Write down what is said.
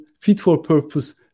fit-for-purpose